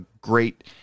great